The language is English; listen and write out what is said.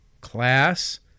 class